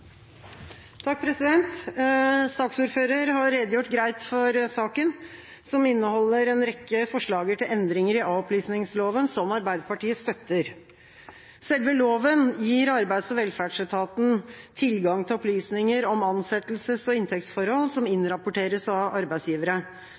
Saksordfører har redegjort greit for saken, som inneholder en rekke forslag til endringer i a-opplysningsloven som Arbeiderpartiet støtter. Selve loven gir Arbeids- og velferdsetaten tilgang til opplysninger om ansettelses- og inntektsforhold som